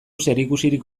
zerikusirik